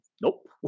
nope